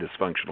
dysfunctional